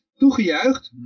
toegejuicht